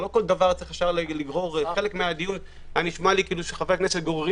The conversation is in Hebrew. חלק מהדיון היה נשמע לי כאילו חברי הכנסת גוררים